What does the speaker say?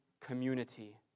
community